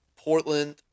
Portland